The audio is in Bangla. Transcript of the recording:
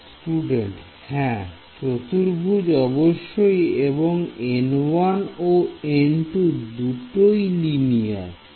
Student চতুর্ভুজ চতুর্ভুজ অবশ্যই এবং N1 ও N2 দুটো লিনিয়ার